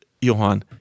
Johan